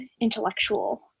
intellectual